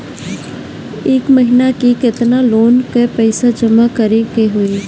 एक महिना मे केतना लोन क पईसा जमा करे क होइ?